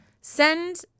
send